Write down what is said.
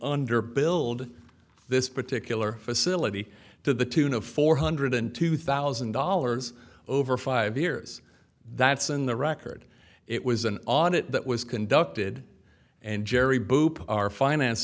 under build this particular facility to the tune of four hundred two thousand dollars over five years that's in the record it was an audit that was conducted and jerry boop our finance